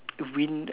wind um